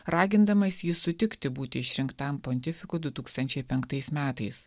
ragindamas jį sutikti būti išrinktam pontifikui du tūkstančiai penktais metais